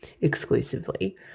exclusively